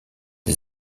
des